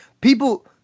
People